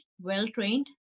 well-trained